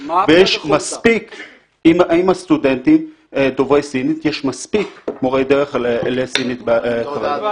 ועם הסטודנטים דוברי הסינית יש מספיק מורי דרך לסינית כרגע.